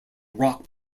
rock